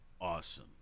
awesome